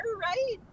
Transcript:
right